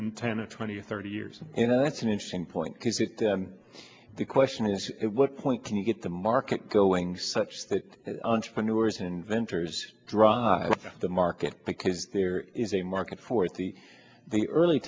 in ten or twenty or thirty years you know that's an interesting point because it the question is what point can you get the market going such that the entrepreneur is inventors drive the market because there is a market for it the the early